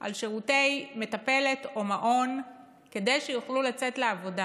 על שירותי מטפלת או מעון כדי שיוכלו לצאת לעבודה,